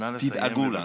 תדאגו לנו.